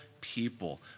people